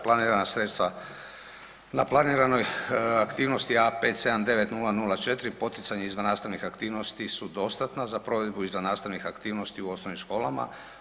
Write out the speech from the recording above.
Planirana sredstva na planiranoj aktivnosti A579004 poticanje izvan nastavnih aktivnosti su dostatna za provedbu izvan nastavnih aktivnosti u osnovnim školama.